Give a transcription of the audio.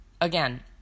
Again